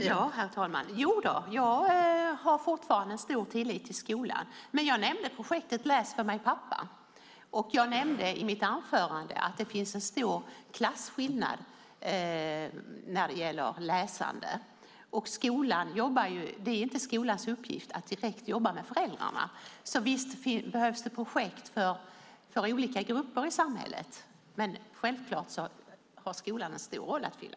Herr talman! Jo, jag har fortfarande stor tillit till skolan. Jag nämnde projektet Läs för mig pappa! och jag nämnde i mitt anförande att det finns en stor klasskillnad när det gäller läsande. Det är inte skolans uppgift att direkt jobba med föräldrarna. Visst behövs det projekt för olika grupper i samhället. Men självklart har skolan en stor roll att fylla.